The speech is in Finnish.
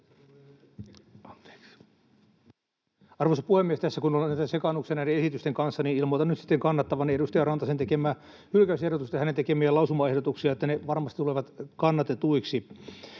Arvoisa puhemies! Tässä kun on näitä sekaannuksia näiden esitysten kanssa, niin ilmoitan nyt sitten kannattavani edustaja Rantasen tekemää hylkäysehdotusta ja hänen tekemiään lausumaehdotuksia, niin että ne varmasti tulevat kannatetuiksi.